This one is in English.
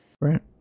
Right